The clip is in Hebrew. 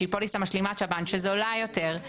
שהיא פוליסה משלימת שב"ן שזולה יותר,